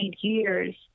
years